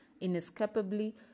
inescapably